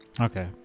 Okay